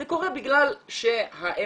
זה קורה בגלל שה-MDMA,